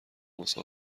واسه